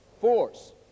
Force